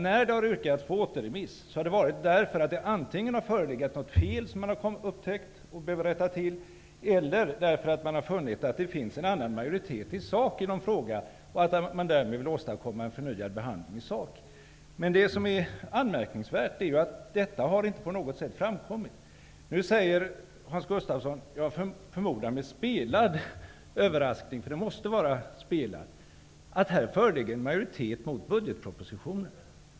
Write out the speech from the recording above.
När det har yrkats på återremiss har det berott på att det antingen har förelegat fel som man har upptäckt och behövt rätta till, eller på att man har funnit att det finns en annan majoritet i sak i någon fråga och därför vill åstadkomma en förnyad behandling. Det som är anmärkningsvärt är att detta inte har framkommit. Nu säger Hans Gustafsson att -- jag förmodar med spelad överraskning -- att det föreligger en majoritet mot budgetpropositionen.